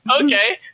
Okay